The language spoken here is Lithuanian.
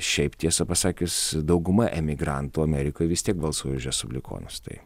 šiaip tiesą pasakius dauguma emigrantų amerikoj vis tiek balsuoja už respublikonus tai